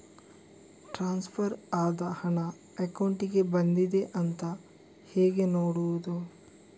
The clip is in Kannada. ಟ್ರಾನ್ಸ್ಫರ್ ಆದ ಹಣ ಅಕೌಂಟಿಗೆ ಬಂದಿದೆ ಅಂತ ಹೇಗೆ ನೋಡುವುದು?